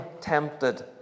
tempted